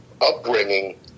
upbringing